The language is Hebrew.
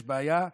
יש בעיה?